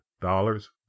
dollars